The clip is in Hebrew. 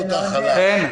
חן,